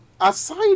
aside